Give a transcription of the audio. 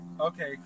okay